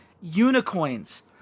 unicorns